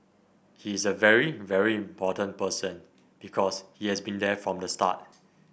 he is a very very important person because he has been there from the start